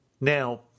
Now